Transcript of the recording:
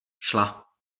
šla